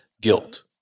guilt